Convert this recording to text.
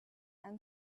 and